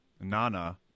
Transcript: Nana